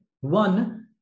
One